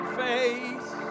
face